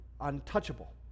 untouchable